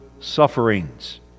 sufferings